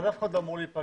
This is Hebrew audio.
אף אחד לא אמור להיפגע.